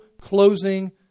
closing